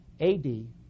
AD